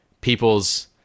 people's